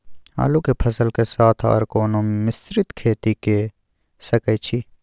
आलू के फसल के साथ आर कोनो मिश्रित खेती के सकैछि?